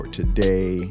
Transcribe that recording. today